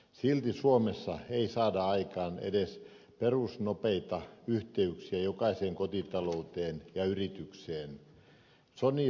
silti suomessa ei saada aikaan edes perusnopeita yhteyksiä jokaiseen kotitalouteen ja yritykseen